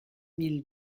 mille